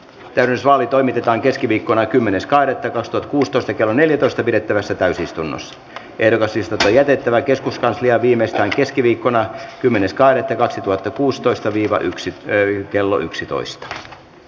kehysmalli toimitetaan keskiviikkona kymmenes kahdettatoista t kuusitoista kello neljätoista pidettävässä täysistunnossa erilaisista tiedettävä keskuskansliaan viimeistään keskiviikkona kymmenes carte kaksituhattakuusitoista viiva yksi key kello yksitoista